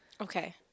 Okay